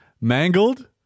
Mangled